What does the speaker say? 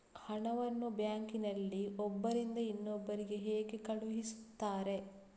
ಹಣವನ್ನು ಬ್ಯಾಂಕ್ ನಲ್ಲಿ ಒಬ್ಬರಿಂದ ಇನ್ನೊಬ್ಬರಿಗೆ ಹೇಗೆ ಕಳುಹಿಸುತ್ತಾರೆ?